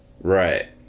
Right